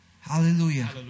Hallelujah